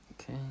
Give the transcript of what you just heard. Okay